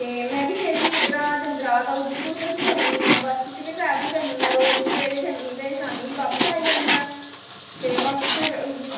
ते में बी डेली इद्धरा जन्द्राह् दा उधमपुर तक जन्नी आं बस्स च गै ट्रैवल करनी आं रोज सबेरे जन्नी ते शामीं बापस आई जन्नी आं ते बस फिर इ'यै